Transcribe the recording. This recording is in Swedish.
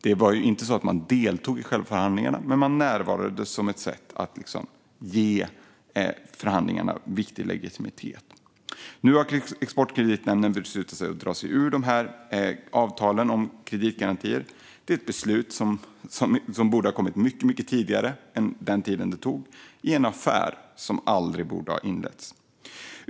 Det var inte så att man deltog i själva förhandlingarna, men man närvarade som ett sätt att ge förhandlingarna viktig legitimitet. Nu har Exportkreditnämnden beslutat att dra sig ur de här avtalen om kreditgarantier, ett beslut som borde ha kommit mycket tidigare än vad som blev fallet i en affär som aldrig borde ha inletts.